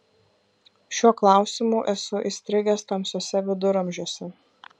šiuo klausimu esu įstrigęs tamsiuose viduramžiuose